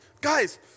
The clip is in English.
Guys